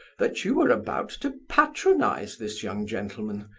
that you were about to patronize this young gentleman,